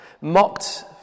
Mocked